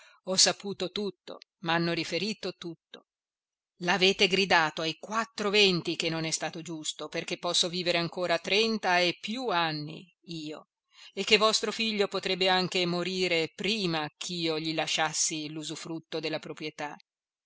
ho saputo tutto m'hanno riferito tutto l'avete gridato ai quattro venti che non è stato giusto perché posso vivere ancora trenta e più anni io e che vostro figlio potrebbe anche morire prima ch'io gli lasciassi l'usufrutto della proprietà